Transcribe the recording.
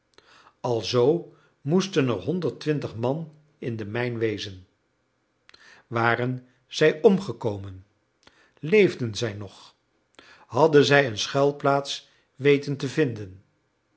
alzoo moesten er honderd twintig man in de mijn wezen waren zij omgekomen leefden zij nog hadden zij een schuilplaats weten te vinden